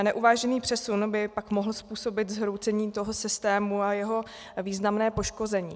Neuvážený přesun by pak mohl způsobit zhroucení toho systému a jeho významné poškození.